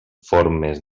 formes